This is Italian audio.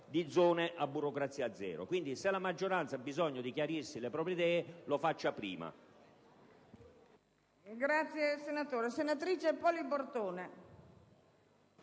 di zone a burocrazia zero. Quindi, se la maggioranza ha bisogno di chiarirsi le idee lo faccio prima.